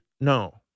No